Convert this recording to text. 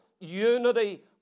unity